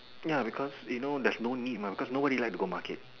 ya because you know there's no need mah because nobody like to go market